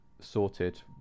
sorted